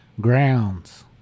grounds